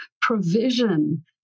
provision